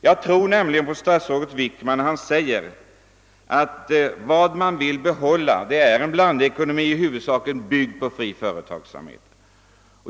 Jag tror nämligen på statsrådet Wickman när han säger: Vad man vill behålla är en blandekonomi, i huvudsak byggd på fri företagsamhet.